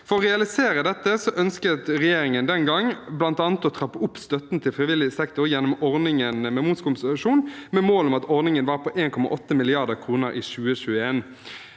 For å realisere dette ønsket regjeringen den gang bl.a. å trappe opp støtten til frivillig sektor gjennom ordningen med momskompensasjon, med mål om at ordningen skulle være på 1,8 mrd. kr i 2021.